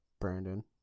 Brandon